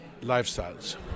lifestyles